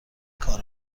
کار